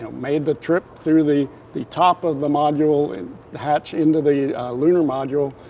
and made the trip through the the top of the module and hatch, into the lunar module.